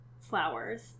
flowers